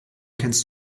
kennst